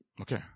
Okay